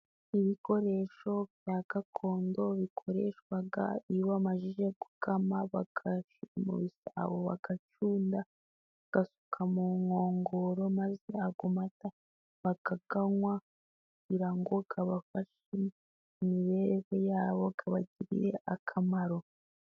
Ibikoresho bya gakondo bikoreshwa iyo bamaze gukama, bakayashyira mu bisabo, bagacunda, bagasuka mu nkongoro, maze ayo mata bakayanywa kugira ngo abafashe mu mibereho ya bo, abagirire akamaro.